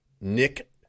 Nick